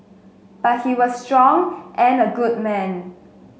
but he was strong and a good man